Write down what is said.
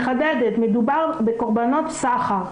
מחדדת, מדובר בקורבנות סחר.